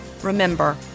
Remember